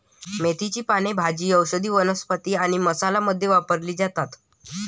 मेथीची पाने भाजी, औषधी वनस्पती आणि मसाला मध्ये वापरली जातात